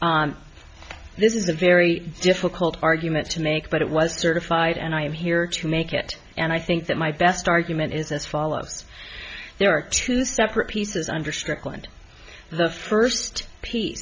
plea this is a very difficult argument to make but it was certified and i am here to make it and i think that my best argument is as follows there are two separate pieces under strickland the first piece